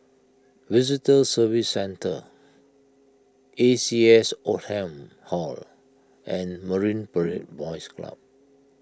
Visitor Services Centre A C S Oldham Hall and Marine Parade Boys Club